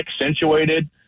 accentuated